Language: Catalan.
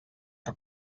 que